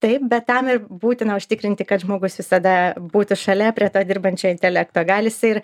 taip bet tam būtina užtikrinti kad žmogus visada būtų šalia prie to dirbančio intelekto gal jis ir